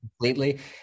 completely